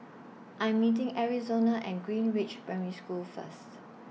I Am meeting Arizona At Greenridge Primary School First